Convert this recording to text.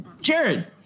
Jared